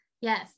Yes